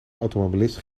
automobilist